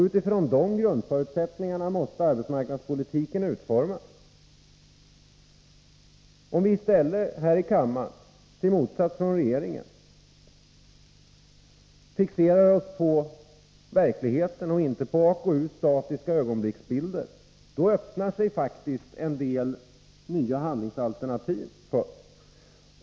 Utifrån de grundläggande förutsättningarna måste arbetsmarknadspolitiken utformas. Om vi i stället här i kammaren, i motsats till regeringen, fixerar oss på verkligheten och inte på AKU:s statiska ögonblicksbilder, öppnar sig faktiskt en del nya handlingsalternativ.